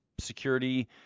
security